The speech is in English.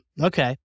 Okay